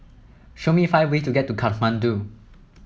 show me five way to get to Kathmandu